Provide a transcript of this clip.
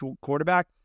quarterback